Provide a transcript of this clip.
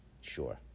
Sure